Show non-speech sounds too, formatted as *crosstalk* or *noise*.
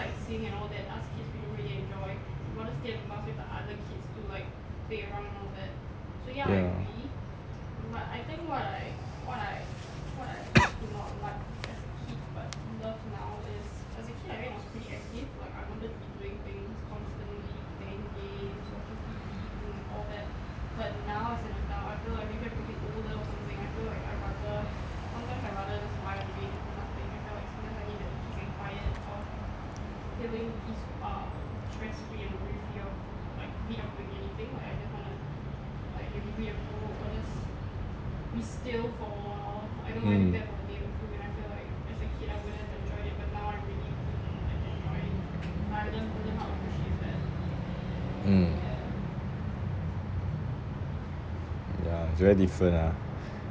ya *coughs* mm mm ya it's very different ah